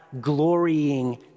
glorying